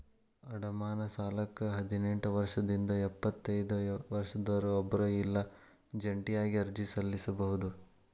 ಅಡಮಾನ ಸಾಲಕ್ಕ ಹದಿನೆಂಟ್ ವರ್ಷದಿಂದ ಎಪ್ಪತೈದ ವರ್ಷದೊರ ಒಬ್ರ ಇಲ್ಲಾ ಜಂಟಿಯಾಗಿ ಅರ್ಜಿ ಸಲ್ಲಸಬೋದು